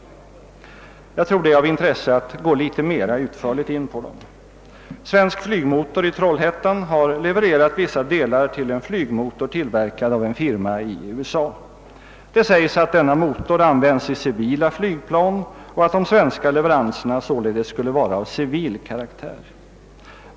Jag tror att det är av intresse att gå litet mera utförligt in på dem. Svensk flygmotor i Trollhättan har levererat vissa delar till en flygmotor tillverkad av en firma i USA. Det sägs att denna motor används i civila flygplan och att de svenska leveranserna således skulle vara av civil karaktär.